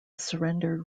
surrendered